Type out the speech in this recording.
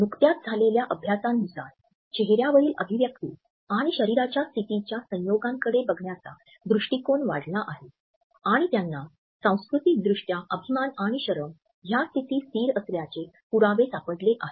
नुकत्याच झालेल्या अभ्यासांनुसार चेहर्यावरील अभिव्यक्ति आणि शरीराच्या स्थितीच्या संयोगांकडे बघण्याचा दृष्टिकोन वाढला आहे आणि त्यांना सांस्कृतिकदृष्ट्या अभिमान आणि शरम ह्या स्थिती स्थिर असल्याचे पुरावे सापडले आहेत